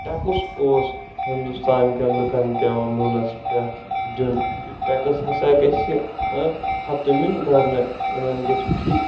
tax اوس ہندوستان کٮ۪ن لُکن پٮ۪وان نُنس پٮ۪ٹھ دِیُن یہِ ٹیٚکس ہسا گژھہِ ختم یُن کرنہٕ یمن گژھہِ فری